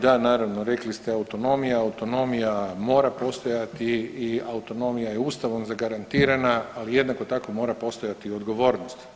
Da naravno rekli ste autonomija, autonomija mora postojati i autonomija je Ustavom zagarantirana ali jednako tako mora postojati i odgovornost.